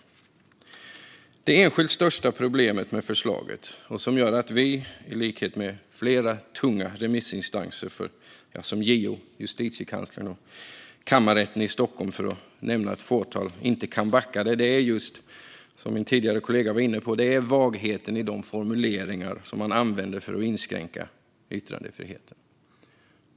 Det som är det enskilt största problemet med förslaget, och som gör att vi, i likhet med flera tunga remissinstanser, såsom JO, Justitiekanslern och Kammarrätten i Stockholm, för att nämna ett fåtal, inte kan backa det, är just, som föregående talare var inne på, vagheten i de formuleringar som man använder för att inskränka yttrandefriheten.